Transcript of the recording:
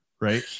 right